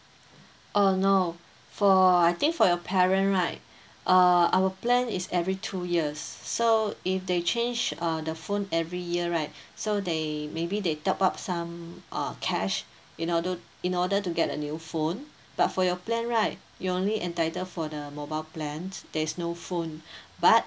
uh no for I think for your parent right err our plan is every two years so if they change uh the phone every year right so they maybe they top up some uh cash in order in order to get a new phone but for your plan right you only entitle for the mobile plan there is no phone but